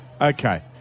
okay